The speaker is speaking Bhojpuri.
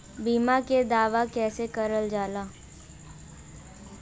बीमा के दावा कैसे करल जाला?